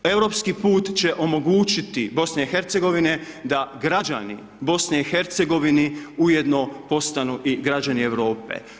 Europski put će omogućiti BIH da građani BIH ujedno postanu i građani Europe.